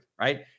right